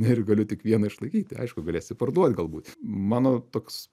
ir galiu tik vieną išlaikyti aišku galėsi parduot galbūt mano toks